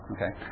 Okay